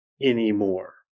anymore